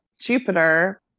Jupiter